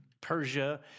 Persia